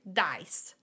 dice